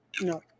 No